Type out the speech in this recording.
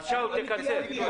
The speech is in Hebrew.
אז שאול, תקצר.